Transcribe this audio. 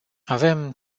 avem